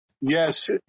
Yes